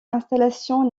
installation